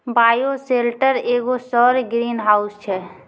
bioshelter एगो सौर greenhouse छै